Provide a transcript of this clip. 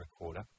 recorder